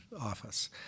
office